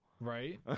right